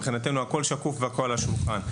מבחינתנו הכל שקוף והכל על השולחן.